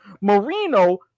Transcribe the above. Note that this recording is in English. Marino